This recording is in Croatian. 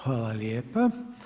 Hvala lijepa.